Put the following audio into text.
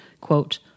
quote